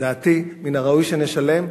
לדעתי מן הראוי שנשלם.